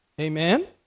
Amen